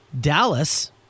Dallas